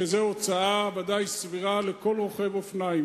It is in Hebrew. וזאת בוודאי הוצאה סבירה לכל רוכב אופניים.